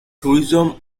tourism